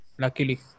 luckily